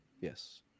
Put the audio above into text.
Yes